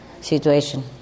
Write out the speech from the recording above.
situation